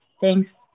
thanks